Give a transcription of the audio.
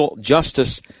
justice